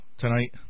tonight